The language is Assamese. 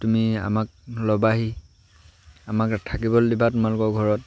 তুমি আমাক ল'বাহি আমাক থাকিব দিবা তোমালোকৰ ঘৰত